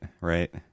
right